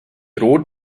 rot